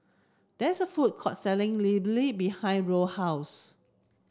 there is a food court selling Idili behind Roe house